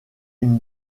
une